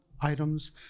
items